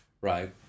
right